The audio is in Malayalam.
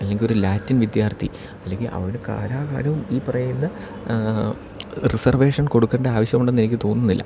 അല്ലെങ്കിൽ ഒരു ലാറ്റിൻ വിദ്യാർത്ഥി അല്ലെങ്കിൽ അവന് കാലകാലവും ഈ പറയുന്ന റിസർവേഷൻ കൊടുക്കേണ്ട ആവശ്യം ഉണ്ടെന്ന് എനിക്ക് തോന്നുന്നില്ല